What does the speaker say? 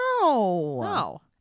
no